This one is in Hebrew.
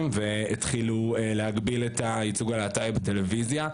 והתחילו להגביל את ייצוג הלהט"ב בטלוויזיה,